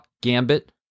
gambit